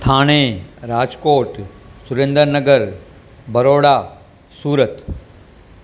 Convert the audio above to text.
Thane Rajkot Surendranagar Vadodara Surat